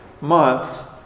months